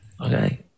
Okay